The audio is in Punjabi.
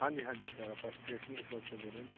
ਹਾਂਜੀ ਹਾਂਜੀ ਸਰ ਆਪਾਂ ਸਟੇਸ਼ਨਰੀ ਸ਼ੋਪ ਤੋਂ ਬੋਲ ਰਹੇ